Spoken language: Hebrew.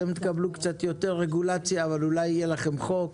אתם תקבלו קצת יותר רגולציה אבל אולי יהיה לכם חוק.